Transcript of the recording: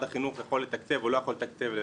החינוך יכול לתקצב או לא יכול לתקצב לבד?